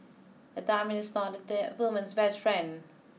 a diamond is not the woman's best friend